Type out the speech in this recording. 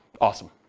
Awesome